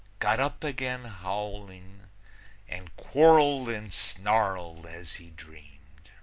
got up again howling and quarreled and snarled as he dreamed.